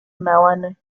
mellon